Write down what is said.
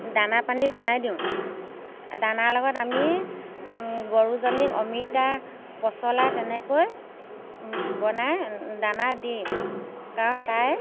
দানা পানী বনাই দিওঁ দানাৰ লগত আমি গৰুজনীক অমিতা পচলা তেনেকৈ বনাই দানা দিওঁ কাৰণ তাই